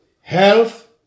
health